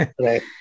Right